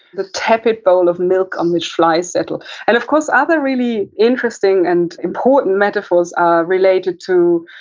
the tepid bowl of milk on which flies settle. and of course, other really interesting and important metaphors are related to,